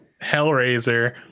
Hellraiser